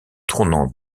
tournant